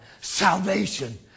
Salvation